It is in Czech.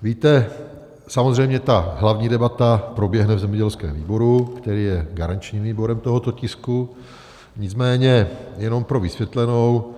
Víte, samozřejmě ta hlavní debata proběhne v zemědělském výboru, který je garančním výborem tohoto tisku, nicméně jenom pro vysvětlenou.